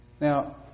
Now